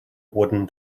wooden